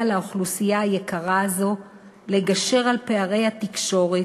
לאוכלוסייה היקרה הזאת לגשר על פערי התקשורת,